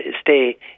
stay